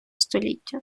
століття